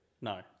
no